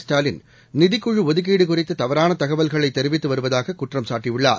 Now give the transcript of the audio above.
ஸ்டாலின் நிதிக்குழு ஒதுக்கீடு குறித்து தவறான தகவல்களை தெரிவித்து வருவதாக குற்றம் சாட்டியுள்ளார்